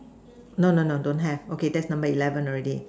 no no no don't have okay let's make eleven already